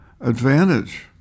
advantage